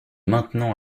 maintenant